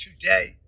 today